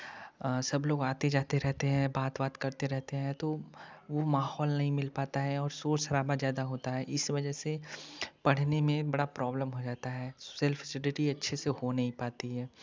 सब लोग आते जाते रहते हैं बात वात करते रहते हैं तो वह माहौल नहीं मिल पाता है और शोर शराबा ज़्यादा होता है इस वजह से पढ़ने में बड़ा प्रॉब्लम हो जाता है सेल्फ स्टडी अच्छे से हो नहीं पाती है